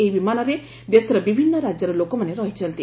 ଏହି ବିମାନରେ ଦେଶର ବିଭିନ୍ନ ରାଜ୍ୟର ଲୋକମାନେ ରହିଛନ୍ତି